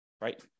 right